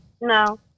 No